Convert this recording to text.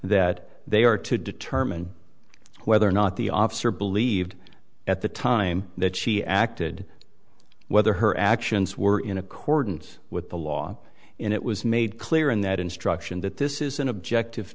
that they are to determine whether or not the officer believed at the time that she acted whether her actions were in accordance with the law and it was made clear in that instruction that this is an objective